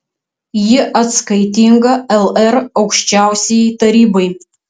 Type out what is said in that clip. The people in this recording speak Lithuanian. ji atskaitinga lr aukščiausiajai tarybai